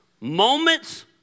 Moments